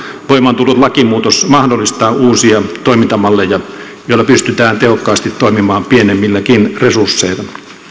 voimaan tullut lakimuutos mahdollistaa uusia toimintamalleja joilla pystytään tehokkaasti toimimaan pienemmilläkin resursseilla